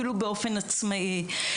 אפילו באופן עצמאי.